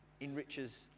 enriches